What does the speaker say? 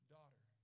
Daughter